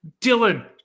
Dylan